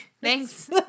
Thanks